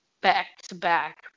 back-to-back